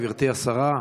גברתי השרה,